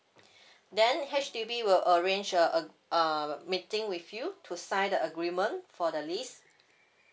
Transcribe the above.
then H_D_B will arrange a a a meeting with you to sign the agreement for the lease